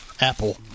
apple